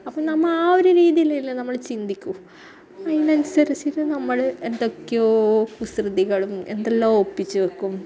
അപ്പോൾ നമ്മൾ ആ ഒരു രീതിയിലല്ലെ നമ്മൾ ചിന്തിക്കൂ അതിനനുസരിച്ചിട്ട് നമ്മള് എന്തൊക്കെയോ കുസൃതികളും എന്തെല്ലോ ഒപ്പിച്ച് വയ്ക്കും